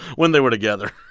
when they were together.